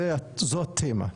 זו התמה.